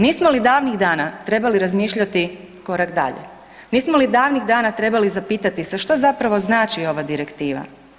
Nismo li davnih dana trebali razmišljati korak dana, nismo li davanih dana trebali zapitati se što zapravo znači ova direktiva?